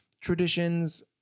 traditions